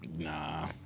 Nah